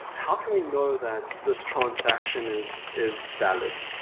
how can we know that this transaction is is valid?